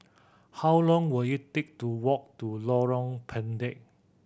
how long will it take to walk to Lorong Pendek